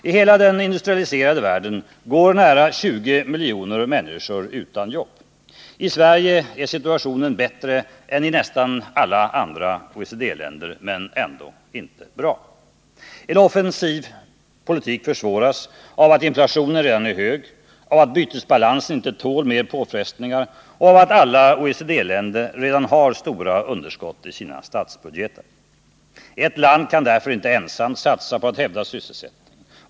I hela den industrialiserade världen går nära 20 miljoner människor utan jobb. I Sverige är situationen bättre än i nästan alla andra OECD-länder men ändå inte bra. En offensiv politik försvåras av att inflationen redan är hög, av att bytesbalansen inte tål mer påfrestningar och av att alla OECD-länder redan har stora underskott i statsbudgeten. Ett land kan inte ensamt satsa på att hävda sysselsättningen.